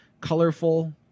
colorful